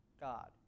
God